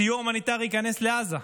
סיוע הומניטרי ייכנס לעזה.